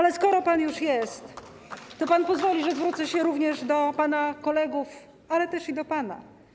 Lecz skoro pan już jest, to pan pozwoli, że zwrócę się również do pana kolegów, ale też i do pana.